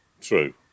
true